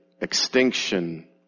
extinction